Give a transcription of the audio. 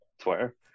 Twitter